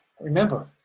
Remember